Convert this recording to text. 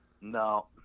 No